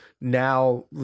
now